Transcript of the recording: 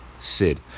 Sid